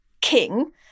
king